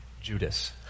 Judas